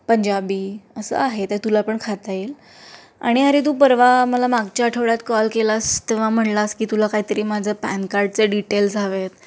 पंजाबी असं आहे तर तुला पण खाता येईल आणि अरे तू परवा मला मागच्या आठवड्यात कॉल केलास तेव्हा म्हणालास की तुला काहीतरी माझं पॅन कार्डचे डिटेल्स हवेत